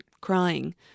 crying